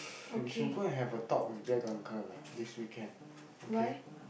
you should go and have a talk with jack uncle lah this weekend okay